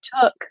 took